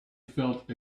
felt